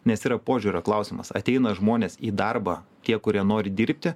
nes yra požiūrio klausimas ateina žmonės į darbą tie kurie nori dirbti